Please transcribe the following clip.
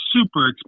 super